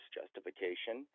justification